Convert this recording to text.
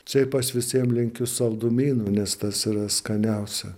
šiaip aš visiem linkiu saldumynų nes tas yra skaniausia